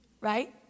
right